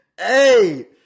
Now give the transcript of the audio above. Hey